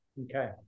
Okay